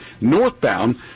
northbound